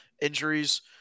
injuries